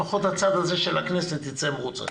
לפחות הצד הזה של הכנסת יצא מרוצה.